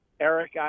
Eric